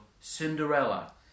Cinderella